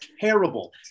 terrible